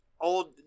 old